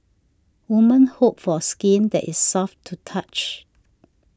women hope for skin that is soft to touch